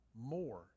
more